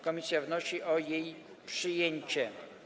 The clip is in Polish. Komisja wnosi o jej przyjęcie.